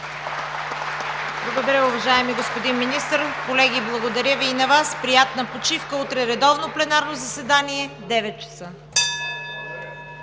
Благодаря, уважаеми господин Министър. Колеги, благодаря Ви и на Вас. Приятна почивка! Утре, редовно пленарно заседание – 9,00 часа.